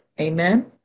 amen